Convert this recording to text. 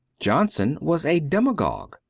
johnson was a demagogue,